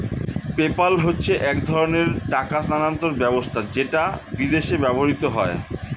PayPal হচ্ছে এক ধরণের টাকা স্থানান্তর ব্যবস্থা যেটা বিদেশে ব্যবহৃত হয়